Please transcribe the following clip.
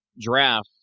draft